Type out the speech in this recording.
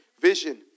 vision